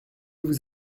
vous